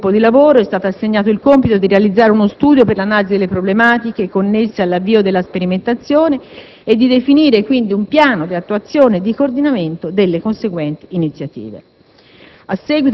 A tale gruppo di lavoro è stato assegnato il compito di realizzare uno studio per l'analisi delle problematiche connesse all'avvio della sperimentazione e di definire, quindi, un piano di attuazione e di coordinamento delle conseguenti iniziative.